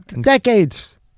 Decades